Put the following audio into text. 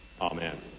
Amen